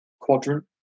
quadrant